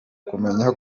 kumenya